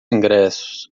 ingressos